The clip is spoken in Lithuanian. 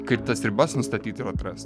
kaip tas ribas nustatyti ir atrast